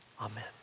Amen